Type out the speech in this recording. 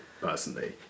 Personally